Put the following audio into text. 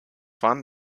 waren